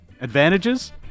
advantages